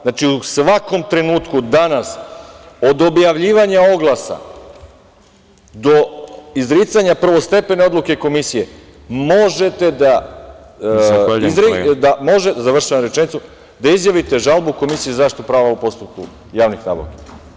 Znači, u svakom trenutku danas, od objavljivanja oglasa do izricanja prvostepene odluke komisije, možete da izjavite žalbu Komisiji za zaštitu prava u postupku javnih nabavki.